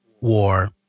War